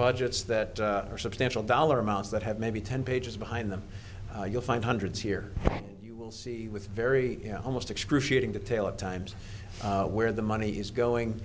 budgets that are substantial dollar amounts that have maybe ten pages behind them you'll find hundreds here you will see with very almost excruciating detail at times where the money is going